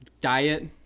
Diet